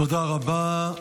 תודה רבה.